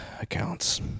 accounts